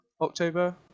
October